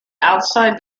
outside